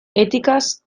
etikaz